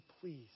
please